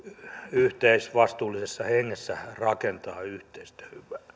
yhteisvastuullisessa hengessä rakentaa yhteistä